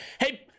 hey